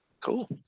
Cool